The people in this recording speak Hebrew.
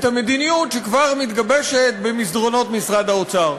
המדיניות שכבר מתגבשת במסדרונות משרד האוצר?